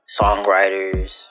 songwriters